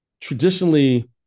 Traditionally